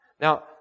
Now